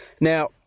Now